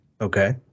Okay